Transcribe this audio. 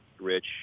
Rich